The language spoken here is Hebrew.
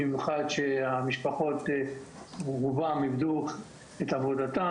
במיוחד כאשר רוב המשפחות איבדו את מקום עבודתם